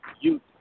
youth